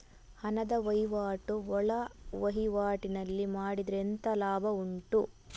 ಹಣದ ವಹಿವಾಟು ಒಳವಹಿವಾಟಿನಲ್ಲಿ ಮಾಡಿದ್ರೆ ಎಂತ ಲಾಭ ಉಂಟು?